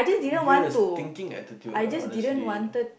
you had a stinking attitude lah honestly